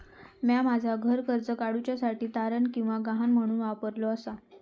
म्या माझा घर कर्ज काडुच्या साठी तारण किंवा गहाण म्हणून वापरलो आसा